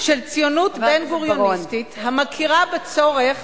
של ציונות בן-גוריוניסטית, המכירה בצורך